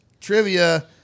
trivia